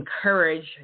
encourage